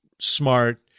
smart